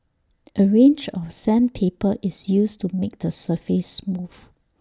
A range of sandpaper is used to make the surface smooth